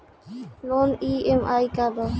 Loan EMI का बा?